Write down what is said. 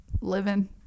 Living